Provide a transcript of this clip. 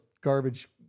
garbage